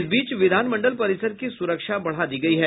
इस बीच विधानमंडल परिसर की सुरक्षा बढ़ा दी गयी है